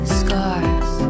scars